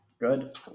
Good